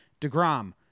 DeGrom